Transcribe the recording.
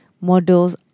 models